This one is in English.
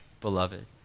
beloved